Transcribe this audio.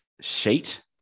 sheet